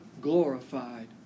glorified